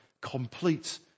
complete